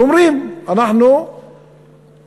ואומרים: אנחנו טעינו,